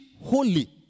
holy